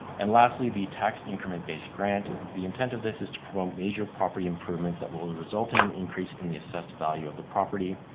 and lastly, the tax increment base grant, the intent of this is to promote major property improvements that will result in an increase in the assessed value of the property.